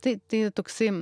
tai tai toksai